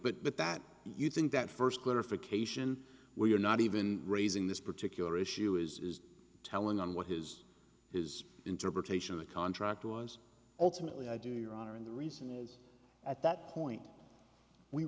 d but that you think that first clarification where you're not even raising this particular issue is telling on what his his interpretation of the contract was ultimately i do your honor and the reason is at that point we